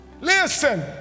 Listen